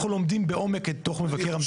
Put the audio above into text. אנחנו גם לומדים בעומק את דו"ח מבקר המדינה.